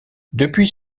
depuis